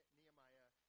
Nehemiah